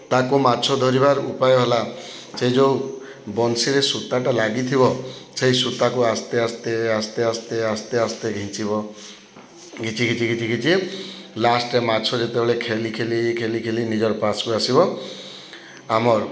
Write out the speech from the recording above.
ତାହାକୁ ମାଛ ଧରିବାର ଉପାୟ ହେଲା ସେ ଯଉ ବନିଶିରେ ସୂତାଟା ଲାଗିଥିବ ସେଇ ସୂତାକୁ ଆସ୍ତେ ଆସ୍ତେ ଆସ୍ତେ ଆସ୍ତେ ଆସ୍ତେ ଆସ୍ତେ ଘିଞ୍ଚିବ ଘିଚି ଘିଚି ଘିଚି ଘିଚି ଲାଷ୍ଟ୍ରେ ମାଛ ଯେତେବେଳେ ଖେଲି ଖେଲି ଖେଲି ଖେଲି ନିଜର୍ ପାସ୍କୁ ଆସିବ ଆମର୍